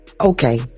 Okay